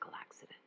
accident